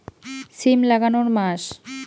সিম লাগানোর মাস?